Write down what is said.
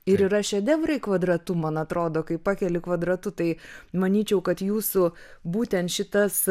ir yra šedevrai kvadratu man atrodo kai pakeli kvadratu tai manyčiau kad jūsų būtent šitas